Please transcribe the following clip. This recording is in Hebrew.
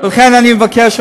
לכן אני מבקש,